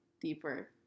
deeper